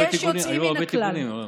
אבל יש יוצאים מן הכלל.